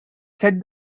set